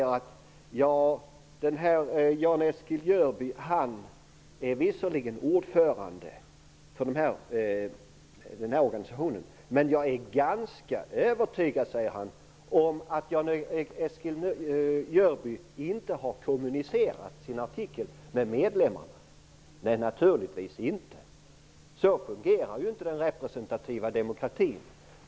Bo Lundgren säger: Jan-Eskil Jörby är visserligen ordförande för denna organisation, men jag är ganska övertygad om att Jan-Eskil Jörby inte har kommunicerat sin artikel med medlemmarna. Nej, naturligtvis inte. Så fungerar ju inte den representativa demokratin.